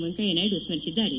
ವೆಂಕಯ್ಯ ನಾಯ್ಡು ಸ್ಮರಿಸಿದ್ದಾರೆ